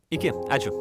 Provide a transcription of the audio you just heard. iki ačiū